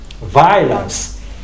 violence